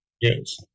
Yes